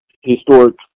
historic